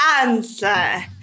answer